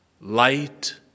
light